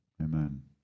Amen